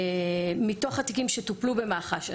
מתוך התיקים שטופלו במח"ש,